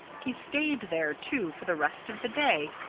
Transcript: he stayed there, too, for the rest of the day,